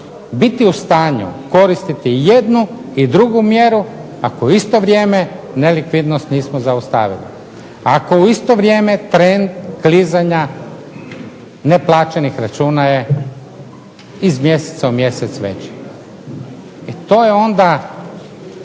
biti u stanju koristiti jednu i drugu mjeru, ako u isto vrijeme nelikvidnost nismo zaustavili, ako u isto vrijeme trend …/Ne razumije se./… neplaćenih računa je iz mjeseca u mjesec veći. E to je onda,